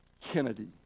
Kennedy